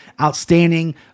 outstanding